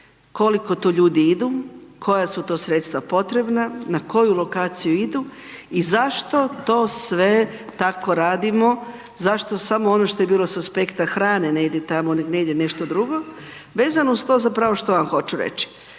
koliko tu ljudi idu, koja su to sredstva potrebna, na koju lokaciju idu i zašto to sve tako radimo, zašto samo ono što je bilo sa aspekta hrane ne ide tamo, ne ide nešto drugo. Vezano uz to zapravo što ja hoću reći,